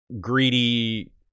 greedy